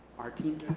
our team